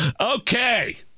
Okay